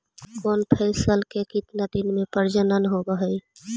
कौन फैसल के कितना दिन मे परजनन होब हय?